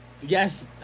yes